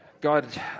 God